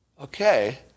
Okay